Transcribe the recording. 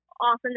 awesome